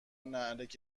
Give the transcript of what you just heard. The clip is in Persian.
ﺷﯿﺮﺍﻥ